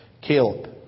Caleb